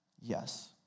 Yes